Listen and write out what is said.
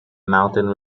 mountain